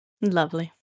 lovely